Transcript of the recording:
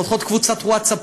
פותחות קבוצת ווטסאפ,